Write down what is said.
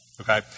Okay